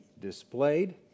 displayed